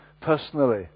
personally